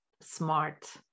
smart